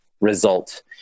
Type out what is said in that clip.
result